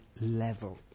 level